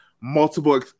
multiple